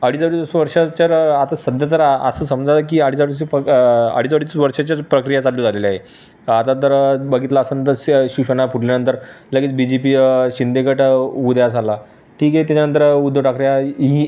अडीच अडीच वर्ष वर्षाच्या र आता सध्या तर आ असं समजा की अडीच अडी अडीच अडीच वर्षाच्याच प्रक्रिया चालू झालेल्या आहे आता तर बघितलं असंन तर श शिवसेना फुटल्यानंतर लगेच बी जे पी शिंदेगट उद्यास आला ठीक आहे त्याच्यानंतर उद्धव ठाकरे ही